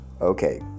Okay